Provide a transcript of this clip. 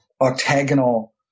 octagonal